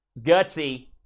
Gutsy